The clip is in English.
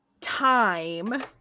time